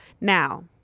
now